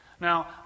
Now